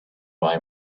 buy